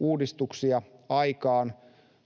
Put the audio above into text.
uudistuksia,